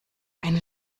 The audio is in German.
eine